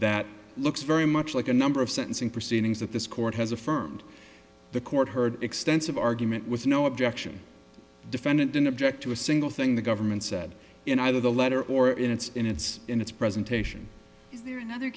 that looks very much like a number of sentencing proceedings that this court has affirmed the court heard extensive argument with no objection defendant didn't object to a single thing the government said in either the letter or in its in its in its presentation is ther